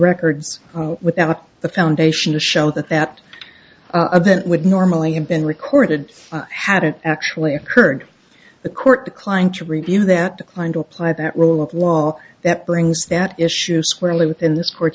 records without the foundation to show that that event would normally have been recorded had it actually occurred the court declined to review that declined to apply that rule of law that brings that issue squarely within this court